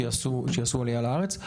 שיעשו עלייה לארץ.